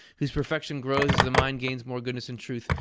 whose perfection grows as the mind gains more goodness and truth,